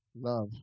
Love